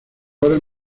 horas